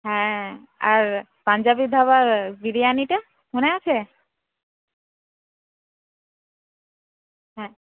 হ্যাঁ আর পাঞ্জাবী ধাবার বিরিয়ানিটা মনে আছে হ্যাঁ